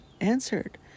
answered